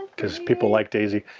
cause people like daisy.